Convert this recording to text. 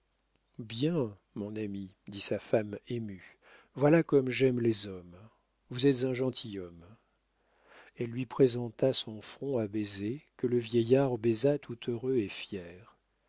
bien mon ami dit sa femme émue voilà comme j'aime les hommes vous êtes un gentilhomme elle lui présenta son front à baiser que le vieillard baisa tout heureux et fier